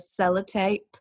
Sellotape